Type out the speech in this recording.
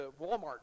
Walmart